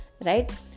Right